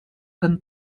kan